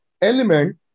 element